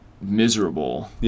miserable